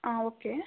ಹಾಂ ಓಕೆ